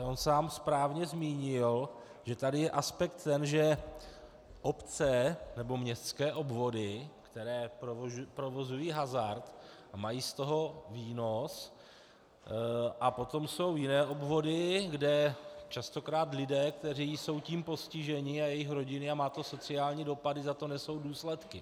On sám správně zmínil, že tady je aspekt, že obce nebo městské obvody, které provozují hazard a mají z toho výnos, a potom jsou jiné obvody, kde častokrát lidé, kteří jsou tím postiženi, a jejich rodiny, a má to sociální dopady, za to nesou důsledky.